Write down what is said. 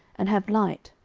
and have light,